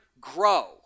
grow